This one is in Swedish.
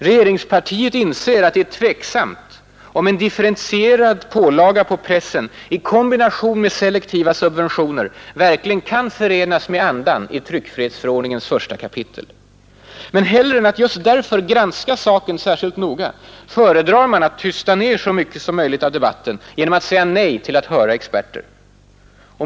Regeringspartiet inser att det är tveksamt om en differentierad pålaga på pressen i kombination med selektiva subventioner verkligen kan förenas med andan i tryckfrihetsförordningens första kapitel. Men i stället för att just därför granska saken särskilt noga föredrar man att tysta ner så mycket som möjligt av debatten genom att säga nej till att höra experter.